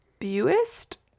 Buist